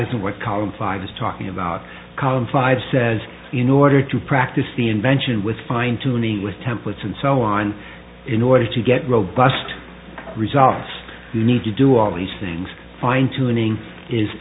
isn't what column five is talking about column five says in order to practice the invention with fine tuning with templates and so on in order to get robust results you need to do all these things fine tuning is